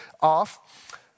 off